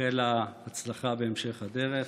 מאחל לה הצלחה בהמשך הדרך.